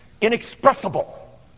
inexpressible